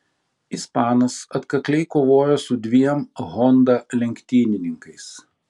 ispanas atkakliai kovojo su dviem honda lenktynininkais